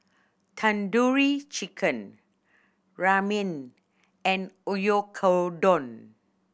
Tandoori Chicken Ramen and Oyakodon